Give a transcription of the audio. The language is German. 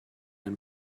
den